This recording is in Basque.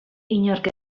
inork